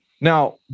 Now